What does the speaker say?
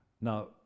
Now